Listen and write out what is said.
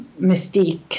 mystique